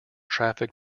traffic